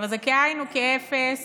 אבל זה כאין וכאפס